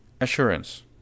Assurance